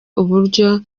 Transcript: uburyo